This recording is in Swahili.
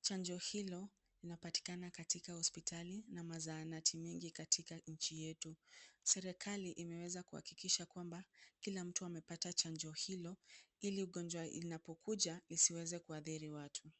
Chanjo hilo linapatikana katika hospitali au zahanati nyingi katika hospitali zetu. Serikali imeweza kuhakikisha kwamba kila mtu amepata chanjo hilo, ili gonjwa linapokuja, lisiweze kuathiri watu.